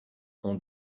ont